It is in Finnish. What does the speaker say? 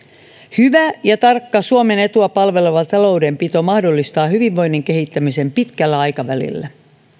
hyvä ja tarkka suomen etua palveleva taloudenpito mahdollistaa hyvinvoinnin kehittämisen pitkällä aikavälillä